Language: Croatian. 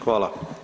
Hvala.